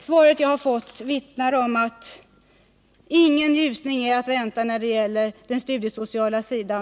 Svaret som jag har fått vittnar om att ingen ljusning för de studerande är att vänta när det gäller den studiesociala sidan.